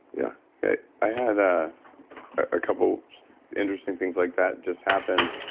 yeah i had a ah couple interesting things like that just happen.